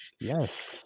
Yes